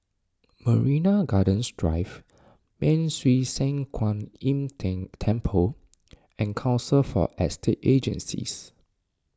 Marina Gardens Drive Ban Siew San Kuan Im Tng Temple and Council for Estate Agencies